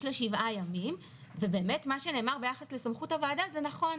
יש לה שבעה ימים ובאמת מה שנאמר ביחס לסמכות הוועדה זה נכון,